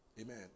Amen